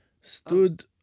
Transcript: stood